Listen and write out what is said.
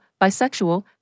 bisexual